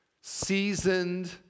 seasoned